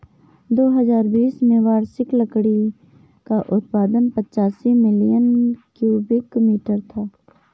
दो हजार बीस में वार्षिक लकड़ी का उत्पादन पचासी मिलियन क्यूबिक मीटर था